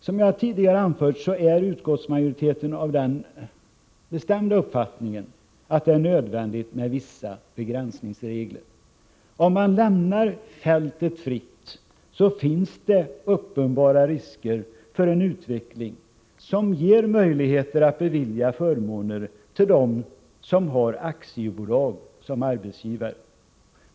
Som jag tidigare har anfört är utskottsmajoriteten av den bestämda uppfattningen att det är nödvändigt med vissa begränsningsregler. Om man lämnar fältet fritt finns det uppenbara risker för en utveckling som ger möjligheter att bevilja förmåner till dem som har aktiebolag som arbetsgivare.